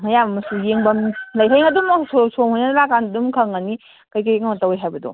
ꯃꯌꯥꯝ ꯑꯃꯁꯨ ꯌꯦꯡꯐꯝ ꯂꯩꯅꯩ ꯑꯗꯨꯝ ꯁꯣꯝ ꯁꯣꯝꯗ ꯂꯥꯛꯄꯀꯥꯟꯗ ꯑꯗꯨꯝ ꯈꯪꯉꯅꯤ ꯀꯩꯀꯩꯅꯣ ꯇꯧꯏ ꯍꯥꯏꯕꯗꯣ